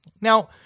Now